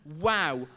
wow